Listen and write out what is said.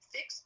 Fix